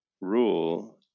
rule